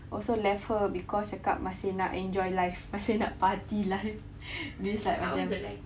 also left her because cakap masih nak enjoy life masih nak party life this is like macam